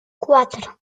cuatro